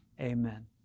amen